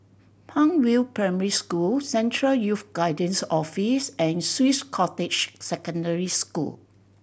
Palm View Primary School Central Youth Guidance Office and Swiss Cottage Secondary School